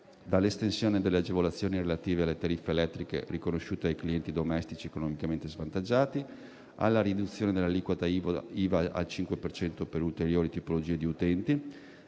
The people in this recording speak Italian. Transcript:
dall'estensione delle agevolazioni relative alle tariffe elettriche riconosciute ai clienti domestici economicamente svantaggiati, alla riduzione dell'aliquota IVA al 5 per cento per ulteriori tipologie di utenti,